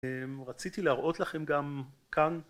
רציתי להראות לכם גם כאן